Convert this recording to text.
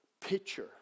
picture